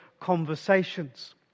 conversations